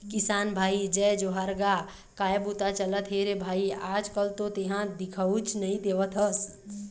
किसान भाई जय जोहार गा काय बूता चलत हे रे भई आज कल तो तेंहा दिखउच नई देवत हस?